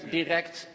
direct